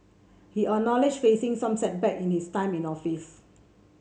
he acknowledged facing some setback in his time in office